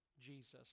Jesus